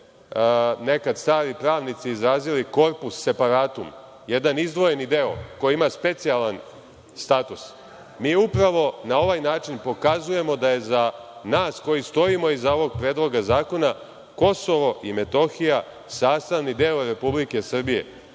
nekada stari pravnici izrazili corpus separatum, jedan izdvojeni deo koji ima specijalan status. Mi upravo, na ovaj način, pokazujemo da je za nas, koji stojimo iza ovog Predloga zakona, KiM sastavni deo Republike Srbije,